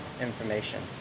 information